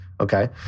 Okay